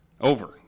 over